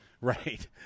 Right